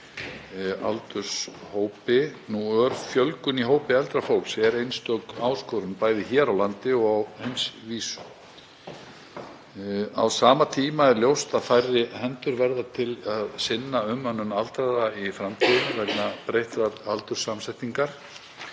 þessum aldurshópi. Ör fjölgun í hópi eldra fólks er einstök áskorun, bæði hér á landi og á heimsvísu. Á sama tíma er ljóst að færri hendur verða til að sinna umönnun aldraðra í framtíðinni vegna breyttrar aldurssamsetningar